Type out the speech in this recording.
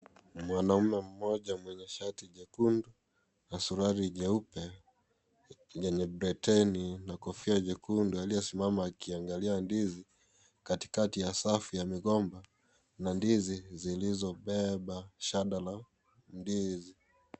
Mwanaume mmoja mwenye shati nyekundu na suruali nyeupe yenye beteli na kofia nyekundu aliyesimama akiangalia ndizi katikati ya safu ya migomba , na ndizi zilizobeba shanda la ndizi.